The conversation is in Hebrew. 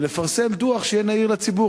ולפרסם דוח שיהיה נהיר לציבור?